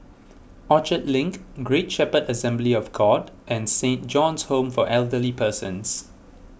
Orchard Link Great Shepherd Assembly of God and Saint John's Home for Elderly Persons